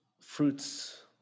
fruits